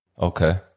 Okay